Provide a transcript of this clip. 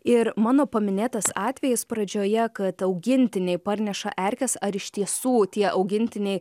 ir mano paminėtas atvejis pradžioje kad augintiniai parneša erkes ar iš tiesų tie augintiniai